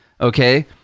Okay